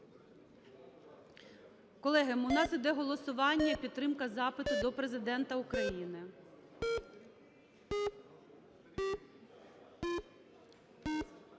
Колеги, у нас іде голосування – підтримка запиту до Президента України.